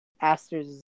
Aster's